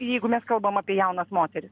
jeigu mes kalbam apie jaunas moteris